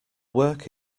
work